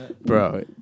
bro